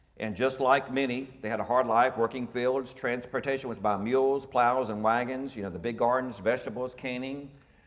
and just like many, they had a hard life working fields. transportation was by mules, plows and wagons, you know the big gardens, vegetables caning,